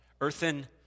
Earthen